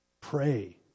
pray